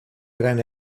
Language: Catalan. gran